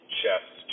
chest